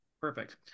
perfect